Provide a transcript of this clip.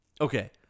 Okay